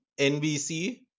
nbc